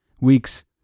weeks